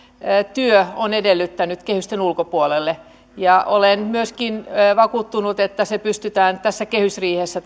työ on edellyttänyt kehysten ulkopuolelle ja olen myöskin vakuuttunut että tämä päätös pystytään tässä kehysriihessä